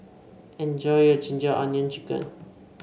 enjoy your ginger onion chicken